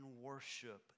worship